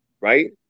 right